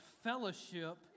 fellowship